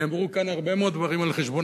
נאמרו כאן הרבה מאוד דברים על חשבון